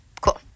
Cool